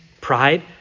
pride